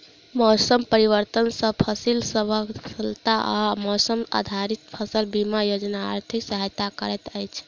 मौसम परिवर्तन सॅ फसिल असफलता पर मौसम आधारित फसल बीमा योजना आर्थिक सहायता करैत अछि